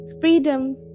Freedom